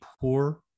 poor